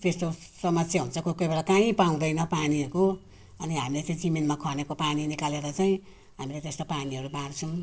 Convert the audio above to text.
त्यस्तो समस्या हुन्छ कोही कोही बेला काहीँ पाउँदैन पानीहरूको अनि हामीले चाहिँ जमिनमा खनेको पानी निकालेर चाहिँ हामीले त्यस्तो पानीहरू बाँढ्छौँ